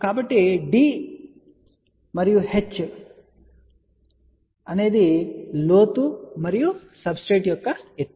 కాబట్టి d లోతు మరియు h అనేది సబ్స్ట్రెట్ యొక్క ఎత్తు